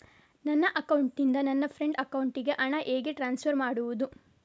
ನನ್ನ ಅಕೌಂಟಿನಿಂದ ನನ್ನ ಫ್ರೆಂಡ್ ಅಕೌಂಟಿಗೆ ಹಣ ಹೇಗೆ ಟ್ರಾನ್ಸ್ಫರ್ ಮಾಡುವುದು?